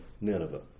Nineveh